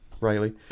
Riley